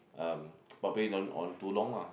um probably don't on too long lah